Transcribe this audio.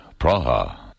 Praha